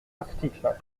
article